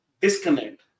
disconnect